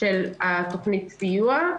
של תוכנית הסיוע.